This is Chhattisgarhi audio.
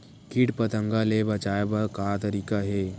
कीट पंतगा ले बचाय बर का तरीका हे?